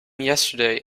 yesterday